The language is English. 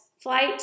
flight